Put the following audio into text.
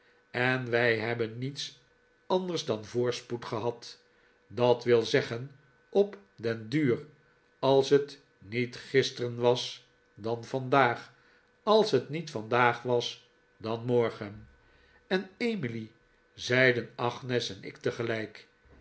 en wij hebben niets anders dan voorspoed gehad dat wil zeggen op den duur als t niet gisteren was dan vandaag als t niet vandaag was dan morgen en emily zeiden agnes en ik tegelijk